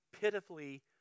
pitifully